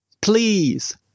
Please